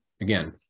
again